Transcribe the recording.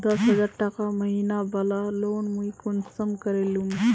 दस हजार टका महीना बला लोन मुई कुंसम करे लूम?